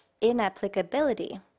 inapplicability